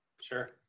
Sure